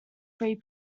three